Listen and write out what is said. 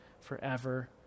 forever